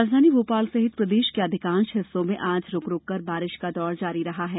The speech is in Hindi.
राजधानी भोपाल सहित प्रदेष के अधिकांष हिस्सों में आज रूक रूक कर बारिष का दौर जारी रहा है